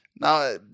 Now